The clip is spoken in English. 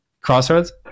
Crossroads